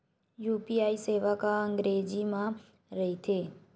UPI सेवा का अंग्रेजी मा रहीथे?